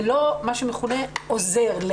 ולא מה שמכונה עוזר.